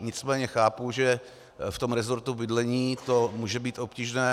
Nicméně chápu, že v tom resortu bydlení to může být obtížné.